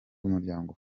umuryango